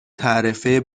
تعرفه